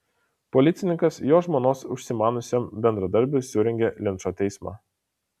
policininkas jo žmonos užsimaniusiam bendradarbiui surengė linčo teismą